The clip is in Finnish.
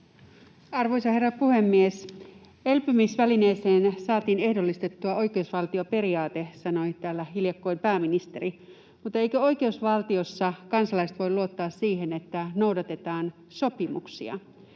Arvoisa herra puhemies! Elpymisvälineeseen saatiin ehdollistettua oikeusvaltioperiaate, sanoi täällä hiljakkoin pääministeri, mutta eivätkö oikeusvaltiossa kansalaiset voi luottaa siihen, että noudatetaan sopimuksia